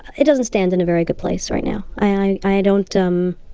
it doesn't stand in a very good place right now. i, i don't ummm,